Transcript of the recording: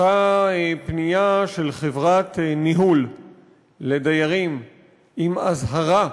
אותה פנייה של חברת ניהול לדיירים עם אזהרה: